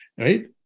Right